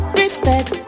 respect